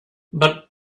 but